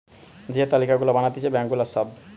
যে তালিকা গুলা বানাতিছে ব্যাঙ্ক গুলার সব